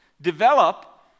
develop